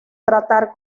tratar